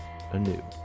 anew